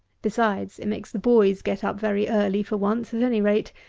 besides, it makes the boys get up very early for once at any rate,